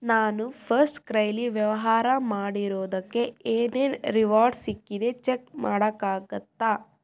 ನಾನು ಫರ್ಸ್ಟ್ಕ್ರೈಲಿ ವ್ಯವಹಾರ ಮಾಡಿರೋದಕ್ಕೆ ಏನೇನು ರಿವಾರ್ಡ್ಸ್ ಸಿಕ್ಕಿದೆ ಚೆಕ್ ಮಾಡೋಕ್ಕಾಗತ್ತಾ